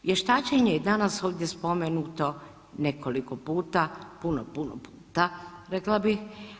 Vještačenje je danas ovdje spomenuto nekoliko puta, puno, puno puta rekla bi.